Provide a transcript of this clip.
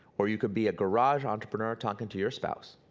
or you can be a garage entrepreneur talking to your spouse.